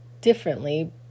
differently